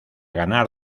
ganar